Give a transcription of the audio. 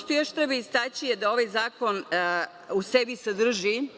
što još treba istaći je da ovaj zakon u sebi sadrži